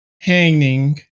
Hanging